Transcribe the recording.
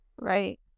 right